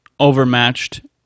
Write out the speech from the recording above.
Overmatched